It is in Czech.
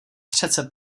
přece